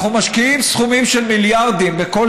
אנחנו משקיעים סכומים של מיליארדים בכל